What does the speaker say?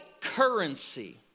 currency